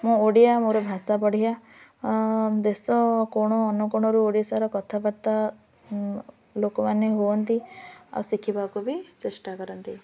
ମୁଁ ଓଡ଼ିଆ ମୋର ଭାଷା ବଢ଼ିଆ ଦେଶ କୋଣ ଅନୁକୋଣରୁ ଓଡ଼ିଶାର କଥାବାର୍ତ୍ତା ଲୋକମାନେ ହୁଅନ୍ତି ଆଉ ଶିଖିବାକୁ ବି ଚେଷ୍ଟା କରନ୍ତି